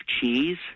cheese